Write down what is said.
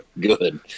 Good